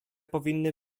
powinny